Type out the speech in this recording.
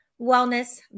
wellness